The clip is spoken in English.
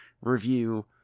review